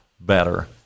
better